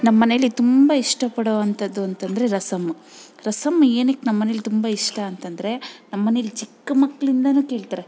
ನಮ್ಮ ಮನೆಲ್ಲಿ ತುಂಬ ಇಷ್ಟಪಡುವಂಥದ್ದು ಅಂತಂದರೆ ರಸಮ್ಮು ರಸಮ್ ಏನಕ್ಕೆ ನಮ್ಮ ಮನೆಲಿ ತುಂಬ ಇಷ್ಟ ನಮ್ಮ ಮನೆಲಿ ಚಿಕ್ಕ ಮಕ್ಕಳಿಂದನು ಕೇಳ್ತಾರೆ